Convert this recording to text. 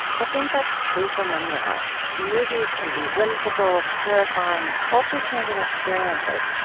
i think that's true for many of us. movies can be whimsical, terrifying, culture-changing experiences,